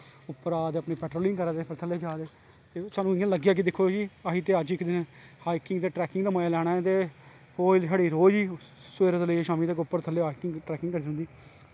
करा दे अपनी पट्रोलिंग करा दे थल्लै जा दे ते साह्नू इयां लग्गेआ कि अस त् इक दिन हाईकिंग ते ट्रैकिंग दा मज़ा लैनां ते ओह् साढ़ी रोज़ गै सवेरें दे लेइयै शाम्मी तक ट्रैकिंग करदे रौंह्दे